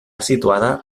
situada